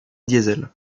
diesel